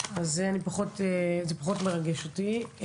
שזה פחות מרגש אותי.